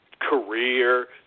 career